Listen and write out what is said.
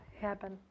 happen